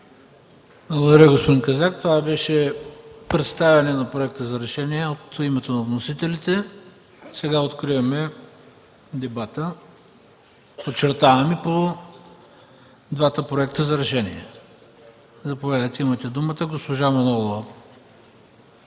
Благодаря, господин Казак. Това беше представяне на Проекта за решение от името на вносителите. Откривам дебата, подчертавам, и по двата Проекта за решение. Имате думата. Госпожо Манолова,